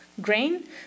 grain